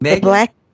Black